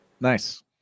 nice